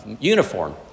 uniform